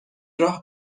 راه